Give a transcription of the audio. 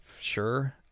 sure